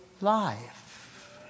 life